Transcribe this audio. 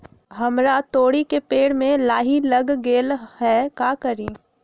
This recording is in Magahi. हमरा तोरी के पेड़ में लाही लग गेल है का करी?